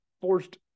forced